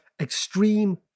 extreme